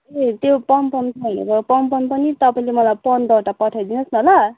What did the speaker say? ए त्यो पमपम छैन पमपम पनि तपाईँले मलाई पन्ध्रवटा पठाई दिनुहोस् न ल